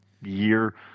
year